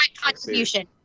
contribution